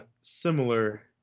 similar